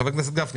חבר הכנסת גפני,